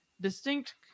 Distinct